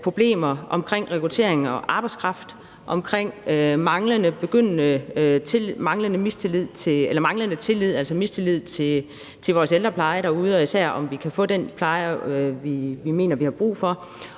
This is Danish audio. problemer omkring rekruttering og arbejdskraft og manglende tillid til vores ældrepleje derude, især i forhold til om vi kan få den pleje, vi mener vi har brug for,